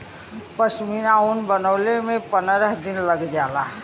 पश्मीना ऊन बनवले में पनरह दिन तक लग जाला